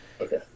Okay